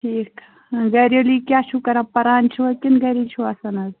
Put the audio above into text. ٹھیٖک گریجویلی کیٛاہ چِھوٕ کران پَران چِھوٕ کِنہٕ گَرے چِھوٕ آسان از